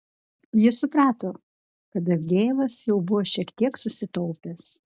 jis suprato kad avdejevas jau buvo šiek tiek susitaupęs